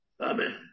Amen